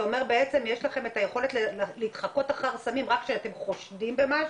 אתה אומר שיש לכם את היכולת להתחקות אחר הסמים רק כשאתם חושדים במשהו?